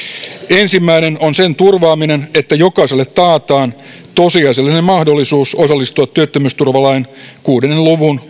ensimmäinen on sen turvaaminen että jokaiselle taataan tosiasiallinen mahdollisuus osallistua työttömyysturvalain kuuden luvun